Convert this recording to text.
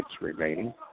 remaining